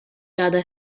għadha